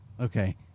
Okay